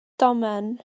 domen